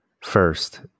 first